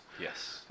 yes